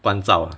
关照啊